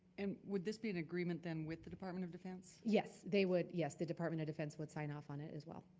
and would this be and agreement then with the department of defense? yes, they would. the department of defense would sign off on it as well.